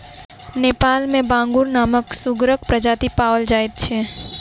नेपाल मे बांगुर नामक सुगरक प्रजाति पाओल जाइत छै